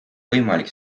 võimalik